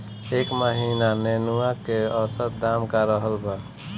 एह महीना नेनुआ के औसत दाम का रहल बा?